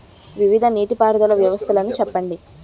వివిధ నీటి పారుదల వ్యవస్థలను చెప్పండి?